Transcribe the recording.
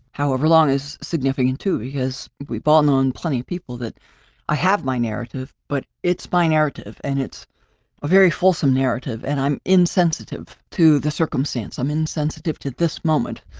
however long is significant too because we've all known plenty of people that i have my narrative, but it's by narrative and it's a very fulsome narrative and i'm insensitive to the circumstance. i'm insensitive to this moment,